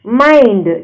mind